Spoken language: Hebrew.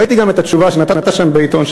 ראיתי גם את התשובה שנתת שם בעיתון,